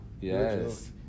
Yes